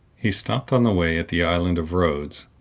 he stopped, on the way, at the island of rhodes.